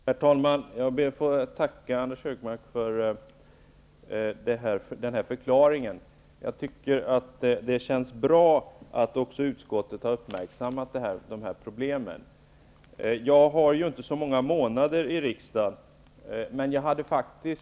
Herr talman! Jag ber att få tacka Anders G Högmark för denna förklaring. Det känns bra att också utskottet har uppmärksammat dessa problem. Jag har inte så många månader i riksdagen bakom mig.